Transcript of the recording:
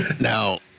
Now